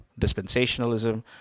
dispensationalism